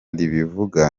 ribivuga